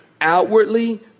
Outwardly